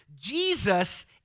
Jesus